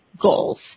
goals